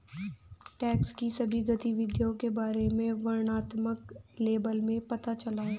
tax की सभी गतिविधियों के बारे में वर्णनात्मक लेबल में पता चला है